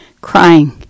crying